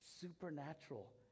supernatural